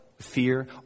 fear